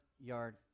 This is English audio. yard